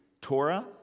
Torah